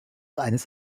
eines